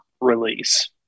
release